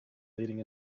leading